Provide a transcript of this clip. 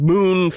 Moon